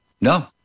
No